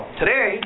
today